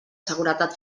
seguretat